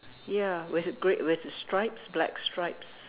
ya with grey with stripes black stripes